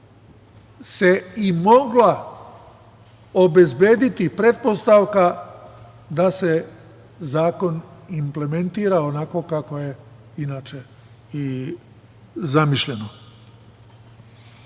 se i mogla obezbediti pretpostavka da se zakon implementira onako kako je inače i zamišljeno. Kada